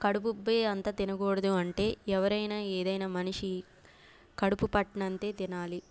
కడుపుబ్బే అంత తినకూడదు అంటే ఎవరైనా ఏదైనా మనిషి కడుపు పట్టినంతే తినాలి